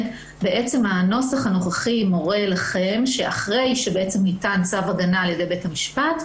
הנוסח הנוכחי מורה לכם שאחרי שניתן צו הגנה על ידי בית המשפט,